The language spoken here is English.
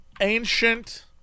ancient